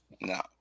No